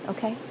Okay